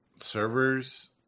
Servers